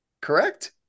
correct